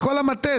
בכל מטה,